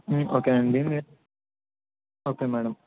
ఓకేనండి okay madam